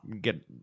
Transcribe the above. get